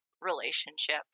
relationship